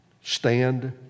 Stand